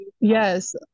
Yes